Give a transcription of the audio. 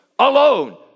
Alone